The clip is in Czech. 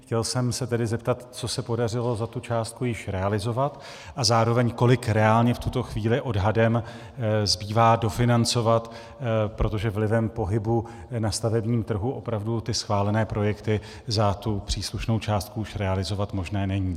Chtěl jsem se tedy zeptat, co se podařilo za tu částku již realizovat, a zároveň, kolik reálně v tuto chvíli odhadem zbývá dofinancovat, protože vlivem pohybu na stavebním trhu opravdu ty schválené projekty za tu příslušnou částku už realizovat možné není.